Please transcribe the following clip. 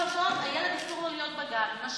לילד אסור להיות בגן 24 שעות.